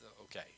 Okay